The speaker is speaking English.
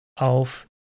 auf